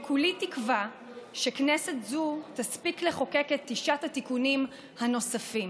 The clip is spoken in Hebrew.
וכולי תקווה שכנסת זו תספיק לחוקק את תשעת התיקונים הנוספים.